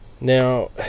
Now